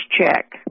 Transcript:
check